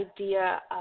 idea